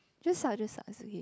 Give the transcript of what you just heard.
just suck just suck it's okay